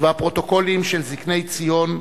ו"הפרוטוקולים של זקני ציון"